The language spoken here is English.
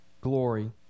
glory